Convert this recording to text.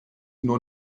nur